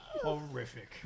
Horrific